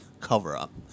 cover-up